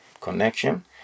connection